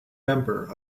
member